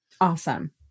Awesome